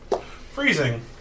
Freezing